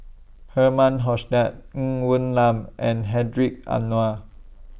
Herman Hochstadt Ng Woon Lam and Hedwig Anuar